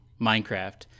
Minecraft